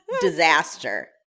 disaster